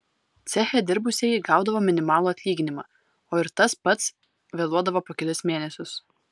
ceche dirbusieji gaudavo minimalų atlyginimą o ir tas pats vėluodavo po kelis mėnesius